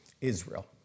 Israel